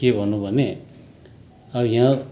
के भनौँ भने यहाँ